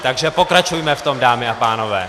Takže pokračujme v tom, dámy a pánové!